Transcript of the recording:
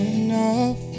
enough